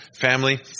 family